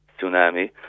tsunami